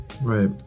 right